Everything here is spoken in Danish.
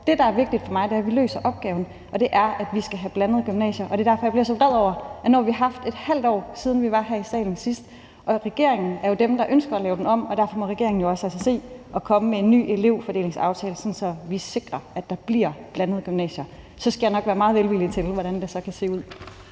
Det, der er vigtigt for mig, er, at vi løser opgaven, og den er, at vi skal have blandede gymnasier. Det er derfor, at jeg bliver så vred. Nu har vi haft et halvt år, siden vi var her i salen sidst. Regeringen er jo dem, der ønsker at lave det om, og derfor må regeringen altså se at komme med en ny elevfordelingsaftale, sådan at vi sikrer, at der bliver blandede gymnasier. Så skal jeg nok være meget velvillig, i forhold til hvordan det så kan se ud.